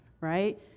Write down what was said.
right